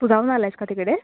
तू जाऊन आला आहेस का तिकडे